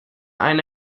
eine